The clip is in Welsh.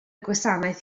gwasanaeth